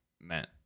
meant